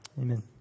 Amen